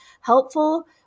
helpful